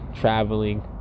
traveling